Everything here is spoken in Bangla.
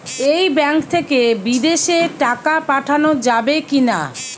এই ব্যাঙ্ক থেকে বিদেশে টাকা পাঠানো যাবে কিনা?